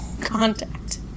contact